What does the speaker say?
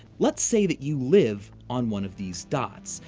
let's say that you live on one of these dots,